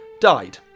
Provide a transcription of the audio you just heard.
died